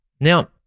Now